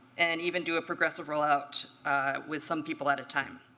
and even do a progressive roll-out with some people at a time.